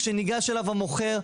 כשניגש אליו המוכר,